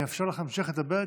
אני אאפשר לך להמשיך לדבר,